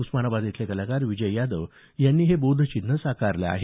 उस्मानाबाद इथले कलाकार विजय यादव यांनी हे बोधचिन्ह साकारल आहे